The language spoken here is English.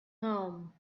home